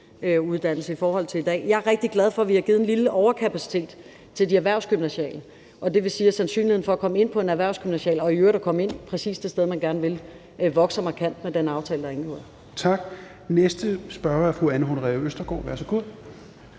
ønskeuddannelse i forhold til i dag. Jeg er rigtig glad for, at vi har givet en lille overkapacitet til de erhvervsgymnasiale uddannelser. Det vil sige, at sandsynligheden for at komme ind på en erhvervsgymnasial uddannelse, og i øvrigt at komme ind præcis det sted, man gerne vil, vokser markant med den aftale, der er indgået. Kl. 10:54 Fjerde næstformand (Rasmus